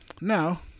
Now